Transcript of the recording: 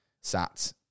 sat